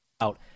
out